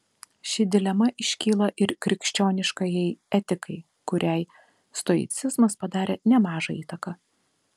ši dilema iškyla ir krikščioniškajai etikai kuriai stoicizmas padarė nemažą įtaką